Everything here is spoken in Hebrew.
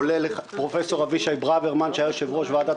כולל לפרופסור אבישי ברוורמן שהיה יושב-ראש ועדת